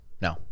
no